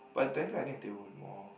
but then like I think a table will be more